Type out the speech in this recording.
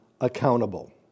accountable